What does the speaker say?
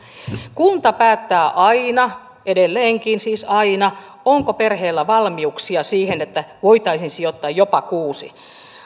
kunta päättää aina edelleenkin siis aina onko perheellä valmiuksia siihen että voitaisiin sijoittaa jopa kuusi